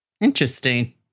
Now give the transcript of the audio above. Interesting